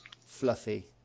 Fluffy